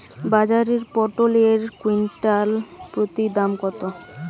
বাজারে পটল এর কুইন্টাল প্রতি দাম কত?